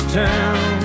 town